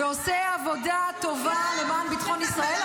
כל חייל שמגיע לצה"ל ועושה עבודה טובה למען ביטחון ישראל,